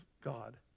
God